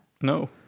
No